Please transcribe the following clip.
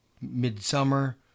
Midsummer